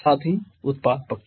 साथ ही उत्पाद पक्ष